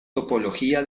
topología